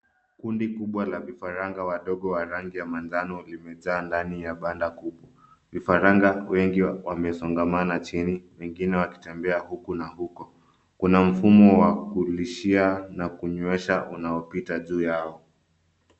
Kundi kubwa la vifaranga wadogo wa rangi ya manjano limejaa ndani ya banda kubwa. Vifaranga wengi wemesongamana chini, wengine wakitembea huku na huko. Kuna mfumo wa kulishia na kunywesha unaopita juu yao.